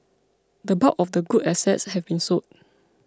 the bulk of the good assets have been sold